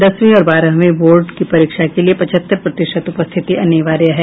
दसवीं और बारहवीं बोर्ड परीक्षा के लिये पचहत्तर प्रतिशत उपस्थिति अनिवार्य है